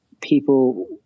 people